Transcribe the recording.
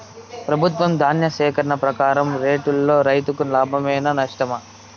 ప్రభుత్వం ధాన్య సేకరణ ప్రకారం రేటులో రైతుకు లాభమేనా నష్టమా?